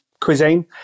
cuisine